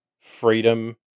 freedom